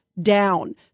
down